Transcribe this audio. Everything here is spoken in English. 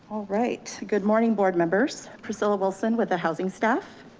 all right. good morning. board members, priscilla wilson with the housing staff.